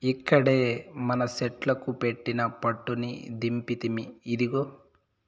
ఇంకేడ మనసెట్లుకు పెట్టిన పట్టుని దింపితిమి, ఇదిగో